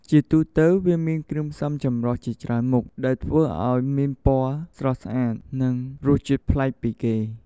ជាទូទៅ វាមានគ្រឿងផ្សំចម្រុះជាច្រើនមុខ ដែលធ្វើឱ្យមានពណ៌ស្រស់ស្អាត និងរសជាតិប្លែកពីគេ។